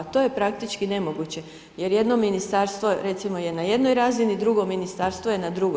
To je praktički nemoguće jer jedno Ministarstvo, recimo, je na jednoj razini, drugo Ministarstvo je na drugoj.